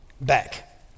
back